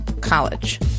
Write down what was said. college